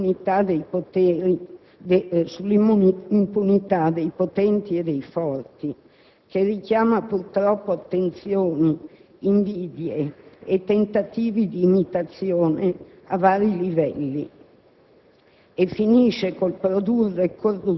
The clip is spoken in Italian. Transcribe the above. A mio parere, questa doppiezza deriva in parte da una concezione della legalità che individua i soggetti da cui pretenderla soltanto, o prevalentemente, negli strati più deboli della popolazione,